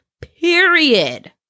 period